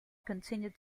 continued